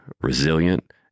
resilient